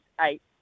eight